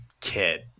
kid